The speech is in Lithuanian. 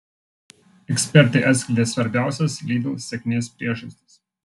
ekspertai atskleidė svarbiausias lidl sėkmės priežastis